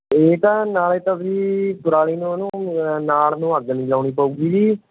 ਇਹ ਤਾਂ ਨਾਲੇ ਤਾਂ ਜੀ ਪਰਾਲੀ ਨੂੰ ਉਹਨੂੰ ਨਾੜ ਨੂੰ ਅੱਗ ਨਹੀਂ ਲਾਉਣੀ ਪਊਂਗੀ ਜੀ